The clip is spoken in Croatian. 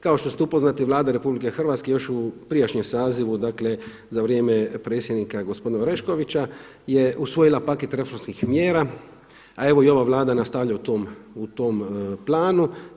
Kao što ste upoznati Vlada Republike Hrvatske još u prijašnjem sazivu, dakle za vrijeme predsjednika gospodina Oreškovića je usvojila paket reformskih mjera, a evo i ova Vlada nastavlja u tom planu.